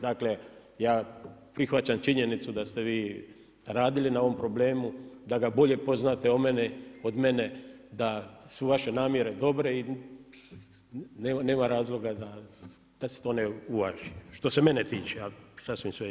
Dakle, ja prihvaćam činjenicu da ste vi radili na ovome problemu, da ga bolje poznate od mene, da su vaše namjere dobre i nema razloga da se to ne uvaži, što se mene tiče, a sasvim svejedno.